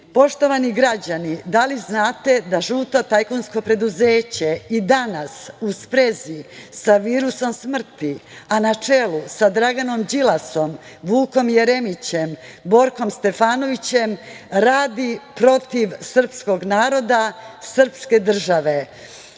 Kosova? Poštovani građani, da li znate da žuto tajkunsko preduzeće i danas uz sprezi sa virusom smrti, a na čelu sa Draganom Đilasom, Vukom Jeremićem, Borkom Stefanovićem, radi protiv srpskog naroda, srpske države,